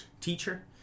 teacher